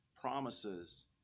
promises